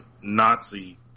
Nazi